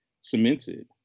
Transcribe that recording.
cemented